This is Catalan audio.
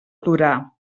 plorar